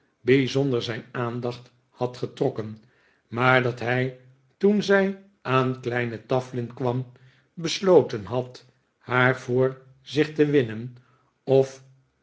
bijzonder zijn aandacht had getrokken maar dat hij toen zij aan kleine tafflin kwam besloten had haar voor zich te winnen of